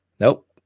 Nope